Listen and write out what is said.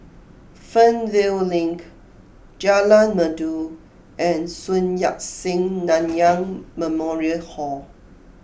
Fernvale Link Jalan Merdu and Sun Yat Sen Nanyang Memorial Hall